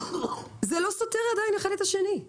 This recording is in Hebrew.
זה לא סותר עדין אחד את השני.